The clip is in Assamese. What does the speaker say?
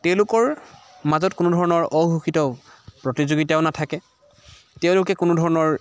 তেওঁলোকৰ মাজত কোনো ধৰণৰ অঘোষিত প্ৰতিযোগিতাও নাথাকে তেওঁলোকে কোনো ধৰণৰ